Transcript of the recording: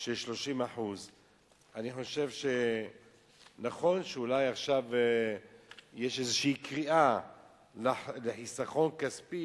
של 30%. נכון שעכשיו יש קריאה לחיסכון כספי,